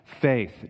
faith